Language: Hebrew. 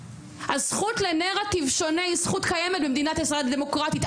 הזכות לנרטיב שונה היא זכות קיימת במדינת ישראל דמוקרטית,